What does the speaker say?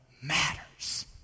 matters